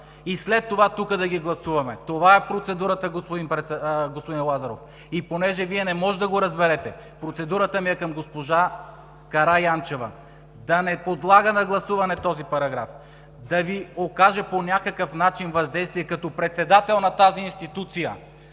и след това тук да ги гласуваме. Това е процедурата, господин Лазаров. Понеже Вие не може да го разберете, процедурата ми е към госпожа Караянчева – да не подлага на гласуване този параграф, да Ви окаже по някакъв начин въздействие като председател на тази институция,